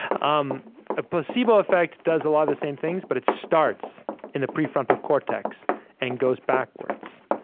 um a placebo effect does a lot of the same things, but it starts in the prefrontal cortex and goes backwards,